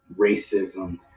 racism